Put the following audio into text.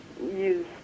use